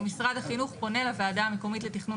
משרד החינוך פונה לוועדה המקומית לתכנון